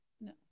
No